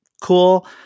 cool